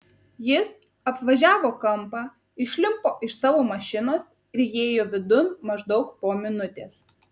jis apvažiavo kampą išlipo iš savo mašinos ir įėjo vidun maždaug po minutės